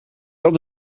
dat